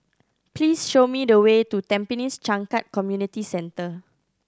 please show me the way to Tampines Changkat Community Centre